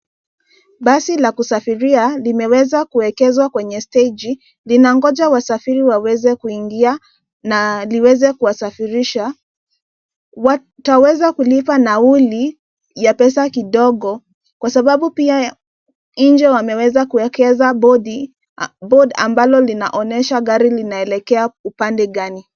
Basi la kusafiria, limeweza kuwekezwa kwenye steji, linangoja wasafiri waweze kuingia na liweze kuwasafirisha. Wataweza kulipa nauli ya pesa kidogo kwa sababu pia nje wameweza kuwekeza bodi board ambalo linaonyesha gari linaelekea upande gani.